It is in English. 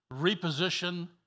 Reposition